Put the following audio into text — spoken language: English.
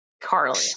Carly